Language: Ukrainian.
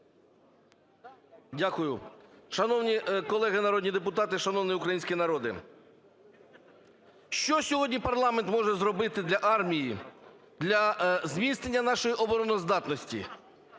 Дякую. Шановні колеги народні депутати! Шановний український народе! Що сьогодні парламент може зробити для армії, для зміцнення нашої обороноздатності?